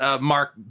Mark